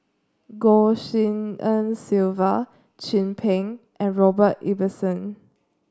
Goh Tshin En Sylvia Chin Peng and Robert Ibbetson